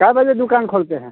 कितने बजे दुकान खोलते हैं